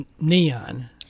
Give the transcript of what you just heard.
neon